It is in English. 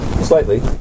slightly